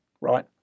right